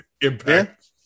impact